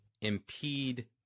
impede